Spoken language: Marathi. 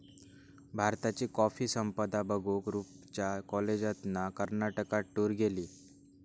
भारताची कॉफी संपदा बघूक रूपच्या कॉलेजातना कर्नाटकात टूर गेली